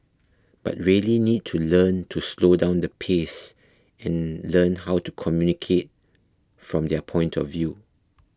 but really need to learn to slow down the pace and learn how to communicate from their point of view